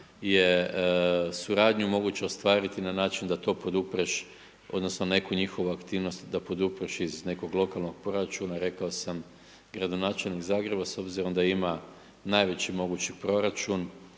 je suradnju moguće ostvariti na način da to podupreš odnosno neku njihovu aktivnost da podupreš iz nekog lokalnog proračuna, rekao sam gradonačelnik Zagreba s obzirom da ima najveći mogući proračun